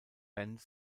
band